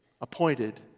appointed